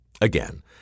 Again